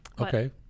Okay